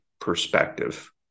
perspective